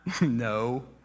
No